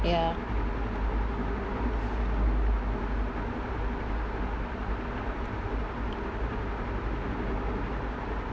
ya